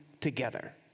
together